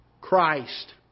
Christ